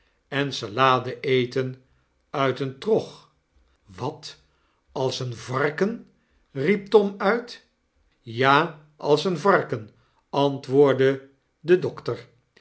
en salade eten uit een trog wat als een varken riep tom uit ja als een varken antwoordde de dokter